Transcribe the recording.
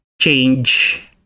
change